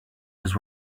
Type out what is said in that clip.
was